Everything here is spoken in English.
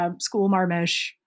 school-marmish